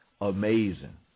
amazing